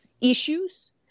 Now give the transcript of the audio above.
issues